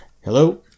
Hello